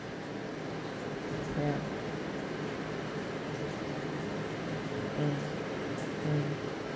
mm